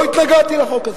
לא התנגדתי לחוק הזה.